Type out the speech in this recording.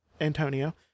Antonio